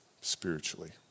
spiritually